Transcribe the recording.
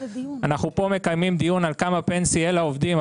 אנחנו פה מקיימים דיון על כמה פנסיה תהיה לעובדים,